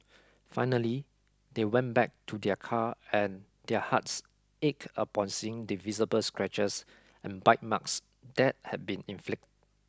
finally they went back to their car and their hearts ached upon seeing the visible scratches and bite marks that had been inflict